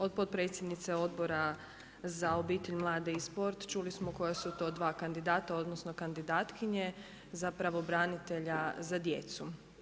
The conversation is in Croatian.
Od potpredsjednice Odbora za obitelj, mlade i sport čuli smo koja su to dva kandidata odnosno kandidatkinje za pravobranitelja za djecu.